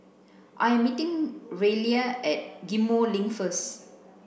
I am meeting Ryleigh at Ghim Moh Link first